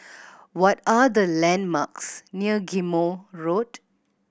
what are the landmarks near Ghim Moh Road